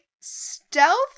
stealth